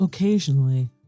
Occasionally